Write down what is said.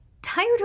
Tired